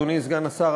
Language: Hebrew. אדוני סגן השר,